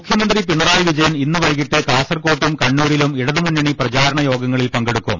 മുഖ്യ മന്ത്രി Pinarayi Vijayan ഇന്ന് വൈകീട്ട് കാസർക്കോട്ടും കണ്ണൂരിലും ഇടതുമുന്നണി പ്രചാരണ യോഗ ങ്ങളിൽ പങ്കെടുക്കും